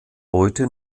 heute